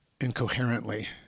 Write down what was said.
incoherently